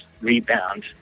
rebound